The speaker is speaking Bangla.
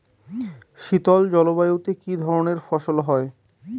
শীতল জলবায়ুতে কি ধরনের ফসল হয়?